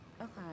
Okay